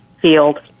Field